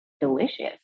delicious